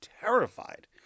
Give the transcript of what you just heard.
terrified